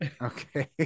Okay